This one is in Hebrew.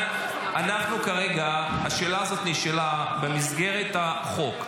כרגע השאלה הזאת נשאלה במסגרת החוק.